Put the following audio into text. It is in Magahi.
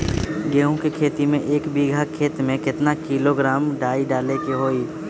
गेहूं के खेती में एक बीघा खेत में केतना किलोग्राम डाई डाले के होई?